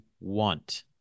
want